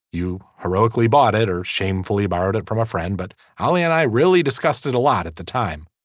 you heroically bought it or shamefully borrowed it from a friend but ali and i really discussed it a lot at the time